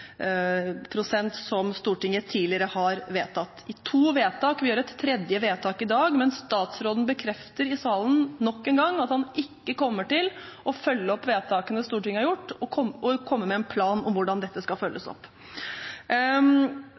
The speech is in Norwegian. som Stortinget tidligere har gjort – i to vedtak. Vi gjør et tredje vedtak i dag, men statsråden bekrefter i salen nok en gang at han ikke kommer til å følge opp vedtakene Stortinget har gjort, og komme med en plan for hvordan dette skal følges opp.